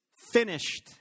finished